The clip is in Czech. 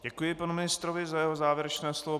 Děkuji panu ministrovi za jeho závěrečné slovo.